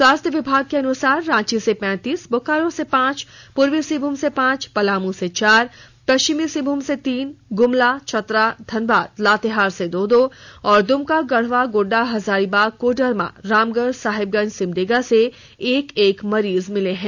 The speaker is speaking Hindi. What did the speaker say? स्वास्थ विभाग के अनुसार रांची से पैंतीस बोकारो से पांच पूर्वी सिंहभूम से पांच पलामू से चार पश्चिमी सिंहभूम से तीन गुमला चतरा धनबाद लातेहार से दो दो और दुमका गढ़वा गोड्डा हजारीबाग कोडरमा रामगढ़ साहेबगंज सिमडेगा से एक एक मरीज मिले हैं